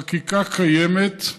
החקיקה קיימת,